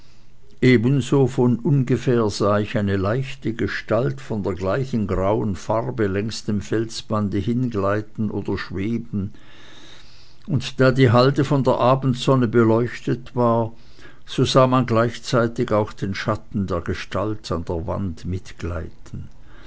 ebenso von ungefähr sah ich eine leichte gestalt von der gleichen grauen farbe längs dem felsbande hingleiten oder schweben und da die halde von der abendsonne beleuchtet war so sah man gleichzeitig auch den schatten der gestalt an der wand mitgleiten